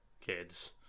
kids